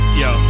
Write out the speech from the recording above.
yo